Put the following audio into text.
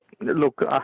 look